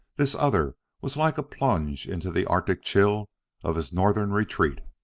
this other was like a plunge into the arctic chill of his northern retreat.